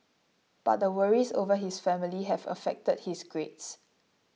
but the worries over his family have affected his grades